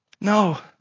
No